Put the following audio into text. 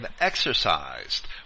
exercised